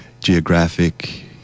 geographic